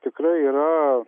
tikrai yra